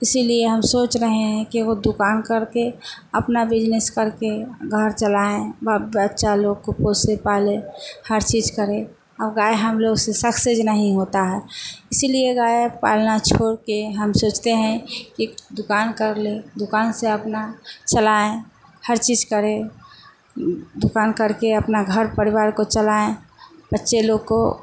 इसलिए हम सोच रहे हैं कि एक गो दुकान करके अपना बिजनिस करके घर चलाएँ ब बच्चा लोग को पोसे पाले हर चीज़ करें और गाय हम लोग से सक्सेस नहीं होती है इसीलिए गाय पालना छोड़ कर हम सोचते हैं कि दुकान कर लें दुकान से अपना चलाएँ हर चीज़ करें दुकान करके अपना घर परिवार को चलाएँ बच्चे लोग को